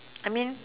I mean